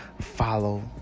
follow